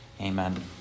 Amen